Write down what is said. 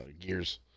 Gears